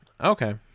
Okay